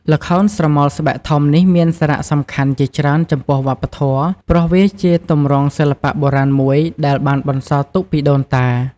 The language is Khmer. ល្ខោនស្រមោលស្បែកធំនេះមានសារៈសំខាន់ជាច្រើនចំពោះវប្បធម៌ខ្មែរ ព្រោះវាជាទម្រង់សិល្បៈបុរាណមួយដែលបានបន្សល់ទុកពីដូនតា។